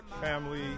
family